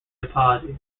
apologies